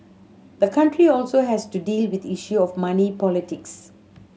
the country also has to deal with the issue of money politics